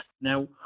Now